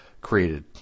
created